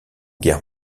guerre